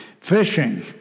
fishing